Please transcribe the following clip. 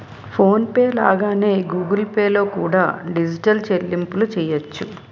phone pay లాగానే Google Pay లో కూడా డిజిటల్ చెల్లింపులు చెయ్యొచ్చు